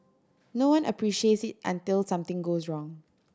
no one appreciates it until something goes wrong